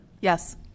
Yes